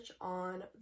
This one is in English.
on